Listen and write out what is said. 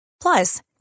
Plus